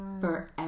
forever